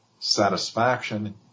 Satisfaction